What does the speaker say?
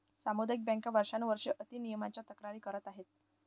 सामुदायिक बँका वर्षानुवर्षे अति नियमनाच्या तक्रारी करत आहेत